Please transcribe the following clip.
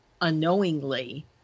unknowingly